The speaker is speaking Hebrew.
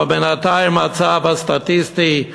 אבל בינתיים הנתון הסטטיסטי,